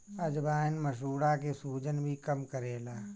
अजवाईन मसूड़ा के सुजन भी कम करेला